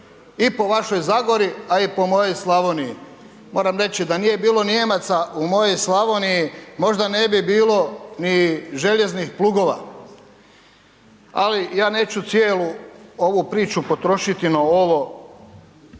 i po vašoj Zagori, a i po mojoj Slavoniji. Moram reći da nije bilo Nijemaca u mojoj Slavoniji možda ne bi bilo ni željeznih plugova, ali ja neću cijelu ovu priču potrošiti na ovo